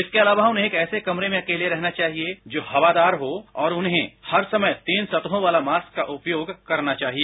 इसके अलावा उन्हें एक ऐसे कमरे में अकेले रहना चाहिये जो हवादार हो और उन्हें हर समय तीन सतहों वाले मास्क का उपयोग करना चाहिए